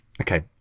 Okay